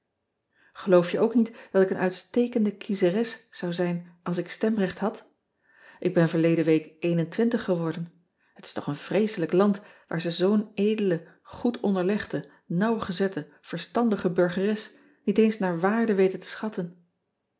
eloof je ook niet dat ik een uitstekende kiezeres zou zijn als ik stemrecht had k ben verleden week geworden et is toch een vreeselijk land waar ze zoo n edele goed onderlegde nauwgezette verstandige burgeres niet eens naar waarde weten te schatten